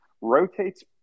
rotates